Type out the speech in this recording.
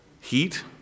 heat